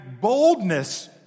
boldness